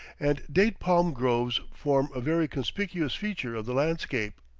and date-palm groves form a very conspicuous feature of the landscape.